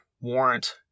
Warrant